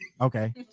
Okay